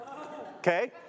Okay